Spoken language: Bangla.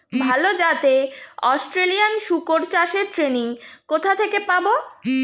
ভালো জাতে অস্ট্রেলিয়ান শুকর চাষের ট্রেনিং কোথা থেকে পাব?